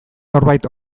norbait